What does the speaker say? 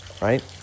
right